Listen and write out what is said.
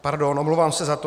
Pardon, omlouvám se za to.